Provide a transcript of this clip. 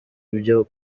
byo